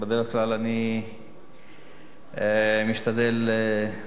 בדרך כלל אני משתדל שלא,